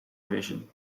vision